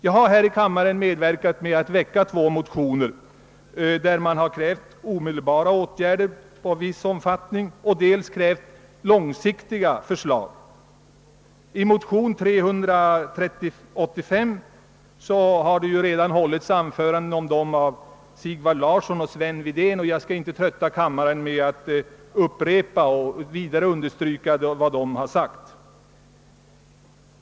Jag står bakom två motioner i vilka krävs dels omedelbara åtgärder av viss omfattning, dels långsiktiga åtgärder. Om motionen II: 385 har redan Sigvard Larsson och Sven Wedén talat, och jag skall inte trötta kammarens ledamöter med att ytterligare understryka vad som sagts.